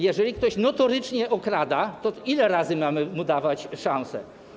Jeżeli ktoś notorycznie kradnie, to ile razy mamy mu dawać szansę?